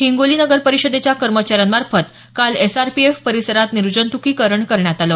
हिंगोली नगरपरिषदेच्या कर्मचाऱ्यांमार्फत काल एस आर पी एफ परिसरात निर्जंतुकीकरण करण्यात आलं